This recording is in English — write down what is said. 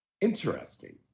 Interesting